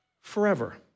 forever